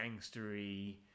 gangstery